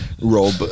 Rob